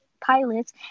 pilots